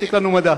שמספיק לנו מדע.